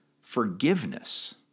forgiveness